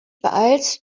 beeilst